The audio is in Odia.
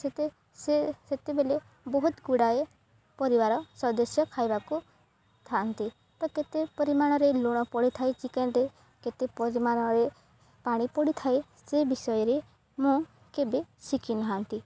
ସେତେ ସେ ସେତେବେଳେ ବହୁତ ଗୁଡ଼ାଏ ପରିବାର ସଦସ୍ୟ ଖାଇବାକୁ ଥାନ୍ତି ତ କେତେ ପରିମାଣରେ ଲୁଣ ପଡ଼ିଥାଏ ଚିକେନରେ କେତେ ପରିମାଣରେ ପାଣି ପଡ଼ିଥାଏ ସେ ବିଷୟରେ ମୁଁ କେବେ ଶିଖି ନାହାନ୍ତି